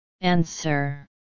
answer